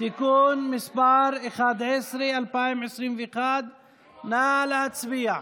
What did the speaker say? (תיקון מס' 11), התשפ"ב 2021. נא להצביע.